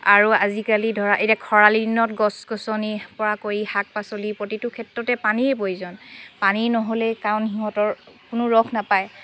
আৰু আজিকালি ধৰা এতিয়া খৰালি দিনত গছ গছনি পৰা কৰি শাক পাচলি প্ৰতিটো ক্ষেত্ৰতে পানীৰে প্ৰয়োজন পানী নহ'লে কাৰণ সিহঁতৰ কোনো ৰস নেপায়